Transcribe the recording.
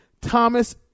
Thomas